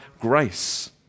grace